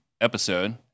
episode